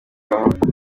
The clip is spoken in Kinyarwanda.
gukorerwamo